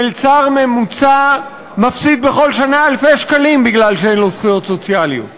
מלצר ממוצע מפסיד בכל שנה אלפי שקלים מפני שאין לו זכויות סוציאליות.